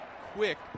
quick